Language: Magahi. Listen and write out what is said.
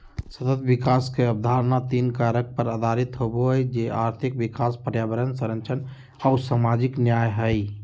सतत विकास के अवधारणा तीन कारक पर आधारित होबो हइ, जे आर्थिक विकास, पर्यावरण संरक्षण आऊ सामाजिक न्याय हइ